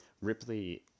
Ripley